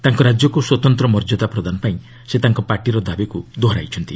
ତାଙ୍କ ରାଜ୍ୟକୁ ସ୍ୱତନ୍ତ୍ର ମର୍ଯ୍ୟାଦା ପ୍ରଦାନ ପାଇଁ ସେ ତାଙ୍କ ପାଟିର ଦାବିକୁ ଦୋହରାଇଛନ୍ତି